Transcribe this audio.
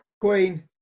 Queen